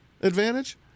advantage